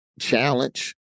challenge